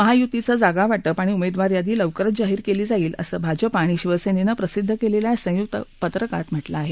महायुतीचं जागावाटप आणि उमेदवार यादी लवकरच जाहीर केली जाईल असं भाजपा आणि शिवसेनेनं प्रसिद्ध केलेल्या संयुक्त पत्रकात म्हटलं आहे